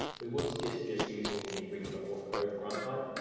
we would suggest just using the regular auth code grant type,